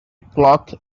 cloth